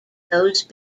those